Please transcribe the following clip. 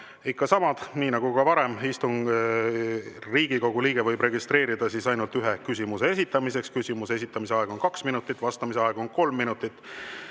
ikka samad. Nii nagu ka varem võib Riigikogu liige registreeruda ainult ühe küsimuse esitamiseks. Küsimuse esitamise aeg on kaks minutit, vastamise aeg on kolm minutit.